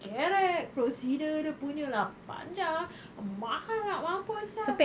kerek procedure dia punya lah panjang mahal nak mampus sia